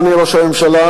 אדוני ראש הממשלה,